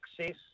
access